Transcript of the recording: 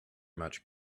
much